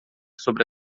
sobre